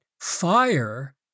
fire